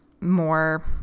more